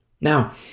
Now